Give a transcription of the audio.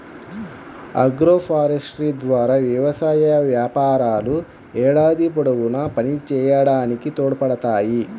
agroforestry ద్వారా వ్యవసాయ వ్యాపారాలు ఏడాది పొడవునా పనిచేయడానికి తోడ్పడతాయి